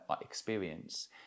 experience